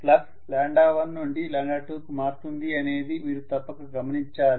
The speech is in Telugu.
ఫ్లక్స్ 1 నుండి 2కు మారుతుంది అనేది మీరు తప్పక గమనించాలి